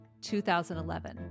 2011